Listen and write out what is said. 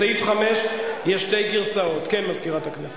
דקה לפני שאני גומר, זה מזכיר לי את הבדיחה,